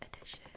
edition